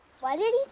what did